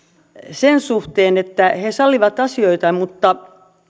sen suhteen että he he sallivat asioita mutta